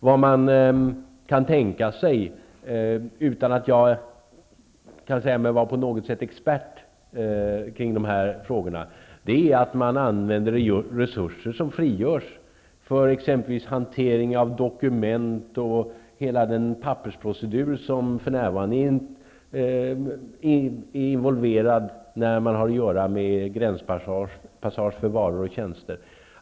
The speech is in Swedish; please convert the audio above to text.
Jag är inte expert på dessa frågor, men jag kan tänka mig att man använder de resurser som frigörs från exempelvis hantering av dokument och hela den pappersprocedur som förnärvarande är involverad i gränspassagen för varor och tjänster.